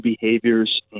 behaviors